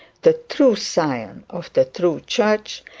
the true scion of the true church,